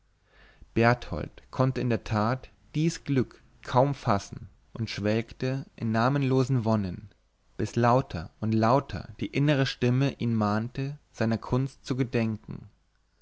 berthold konnte in der tat dies glück kaum fassen und schwelgte in namenlosen wonnen bis lauter und lauter die innere stimme ihn mahnte seiner kunst zu gedenken